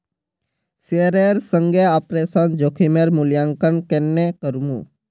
शेयरेर संगे ऑपरेशन जोखिमेर मूल्यांकन केन्ने करमू